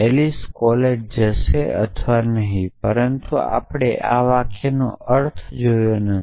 Alice college જશે અથવા નહીં પરંતુ આપણે આ વાક્યોનો અર્થ જોયો નથી